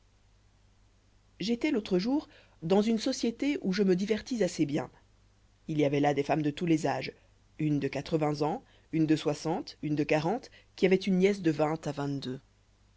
étois l'autre jour dans une société où je me divertis assez bien il y avoit là des femmes de tous les âges une de quatre-vingts ans une de soixante une de quarante laquelle avoit une nièce de vingt à vingt-deux